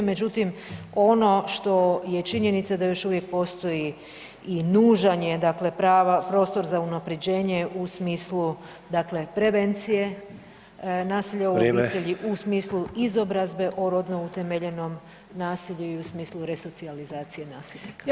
Međutim, ono što je činjenica da još uvijek postoji i nužan je prostor za unapređenje u smislu prevencije nasilja u obitelji, u smislu izobrazbe o rodno utemeljenom nasilju i u smislu resocijalizacije nasilnika.